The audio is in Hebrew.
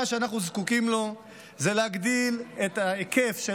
מה שאנחנו זקוקים לו הוא להגדיל את ההיקף של